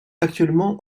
actuellement